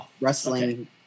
Wrestling